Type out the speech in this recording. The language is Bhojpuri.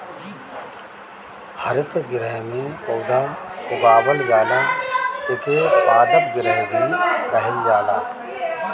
हरितगृह में पौधा उगावल जाला एके पादप गृह भी कहल जाला